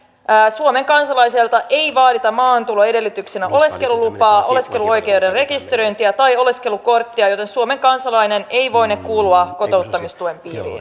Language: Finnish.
suomen kansalaiselta ei vaadita maahantulon edellytyksenä oleskelulupaa oleskeluoikeuden rekisteröintiä tai oleskelukorttia joten suomen kansalainen ei voine kuulua kotouttamistuen